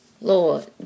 Lord